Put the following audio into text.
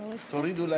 אשכנזים, יוצאי הקהילה